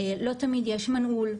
לא תמיד יש מנעול.